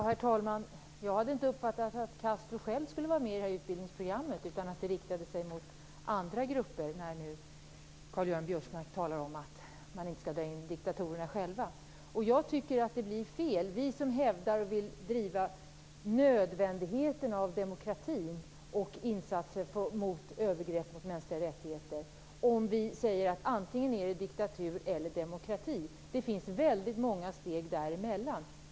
Herr talman! Jag hade inte uppfattat att Castro själv skulle vara med i det här utbildningsprogrammet, utan jag trodde att det riktade sig mot andra grupper - detta apropå att Karl-Göran Biörsmark nu talar om att man inte skall dra in diktatorerna själva. Jag tycker att det blir fel om vi som hävdar och vill driva nödvändigheten av demokrati och insatser mot övergrepp mot mänskliga rättigheter säger att antingen är det diktatur eller demokrati. Det finns väldigt många steg däremellan.